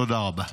תודה רבה.